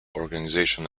organization